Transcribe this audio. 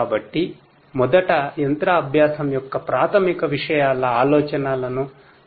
కాబట్టి మొదట machine learning యొక్క ప్రాథమిక విషయాల ఆలోచనలను పొందడానికి ప్రయత్నిద్దాం